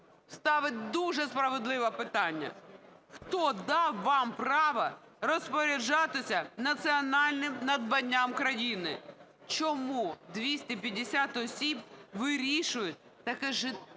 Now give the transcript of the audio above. ставить дуже справедливе питання: "Хто дав вам право розпоряджатися національним надбанням країни? Чому 250 осіб вирішують таке життєво